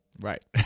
right